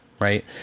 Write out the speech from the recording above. right